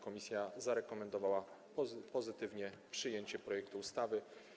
Komisja zarekomendowała pozytywnie przyjęcie projektu ustawy.